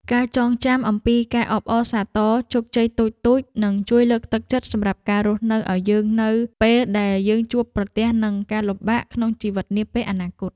ការចងចាំអំពីការអបអរសាទរជោគជ័យតូចៗនឹងជួយលើកទឹកចិត្តសម្រាប់ការរស់នៅឱ្យយើងនៅពេលដែលយើងជួបប្រទះនឹងការលំបាកក្នុងជីវិតនាពេលអនាគត។